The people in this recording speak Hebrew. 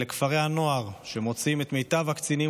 אלה כפרי הנוער שמוציאים את מיטב הקצינים